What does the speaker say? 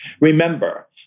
Remember